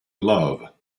love